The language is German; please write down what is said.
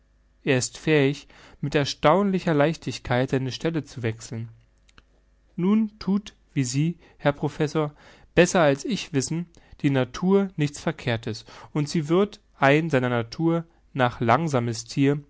er ist fähig mit erstaunlicher leichtigkeit seine stelle zu wechseln nun thut wie sie herr professor besser als ich wissen die natur nichts verkehrtes und sie würde ein seiner natur nach langsames thier